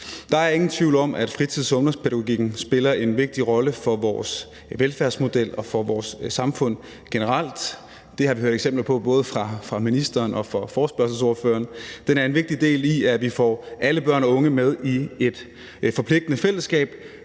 Der er ingen tvivl om, at fritids- og ungdomspædagogikken spiller en vigtig rolle for vores velfærdsmodel og for vores samfund generelt. Det har vi hørt eksempler på fra både ministeren og fra forespørgselsordføreren. Den er en vigtig del i, at vi får alle børn og unge med i et forpligtende fællesskab,